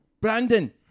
Brandon